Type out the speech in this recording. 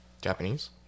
Japanese